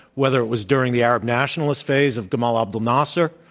whether it was during the arab nationalist phase of gamal abdel nasser.